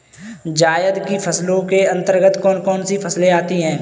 जायद की फसलों के अंतर्गत कौन कौन सी फसलें आती हैं?